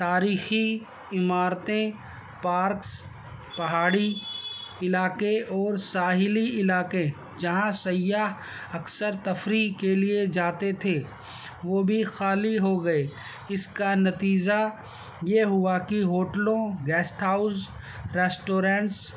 تاریخی عمارتیں پارکس پہاڑی علاقے اور ساحلی علاقے جہاں سیاح اکثر تفریح کے لیے جاتے تھے وہ بھی خالی ہو گئے اس کا نتیجہ یہ ہوا کہ ہوٹلوں گیسٹ ہاؤز ریسٹورینٹس